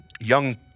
Young